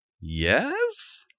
Yes